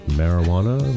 marijuana